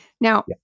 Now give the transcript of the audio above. Now